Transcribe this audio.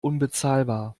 unbezahlbar